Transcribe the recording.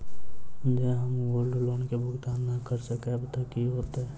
जँ हम gold loan केँ भुगतान न करऽ सकबै तऽ की होत?